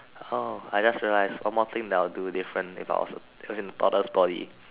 orh I just realized one more thing that I'll do different if I was a it was in a boarder body